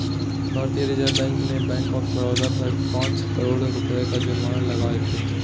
भारतीय reserve bank ने bank of Baroda पर पांच करोड़ रुपया के जुर्माना लगैलके